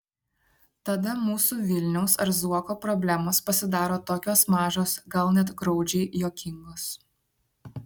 tada mūsų vilniaus ar zuoko problemos pasidaro tokios mažos gal net graudžiai juokingos